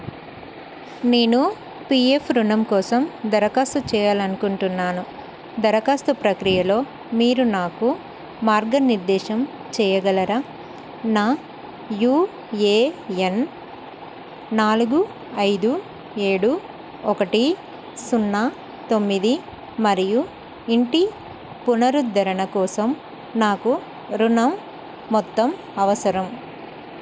నేను పీఎఫ్ రుణం కోసం దరఖాస్తు చేయాలనుకుంటున్నాను దరఖాస్తు ప్రక్రియలో మీరు నాకు మార్గనిర్దేశం చేయగలరా నా యుఏఎన్ నాలుగు ఐదు ఏడు ఒకటి సున్నా తొమ్మిది మరియు ఇంటి పునరుద్ధరణ కోసం నాకు రుణం మొత్తం అవసరం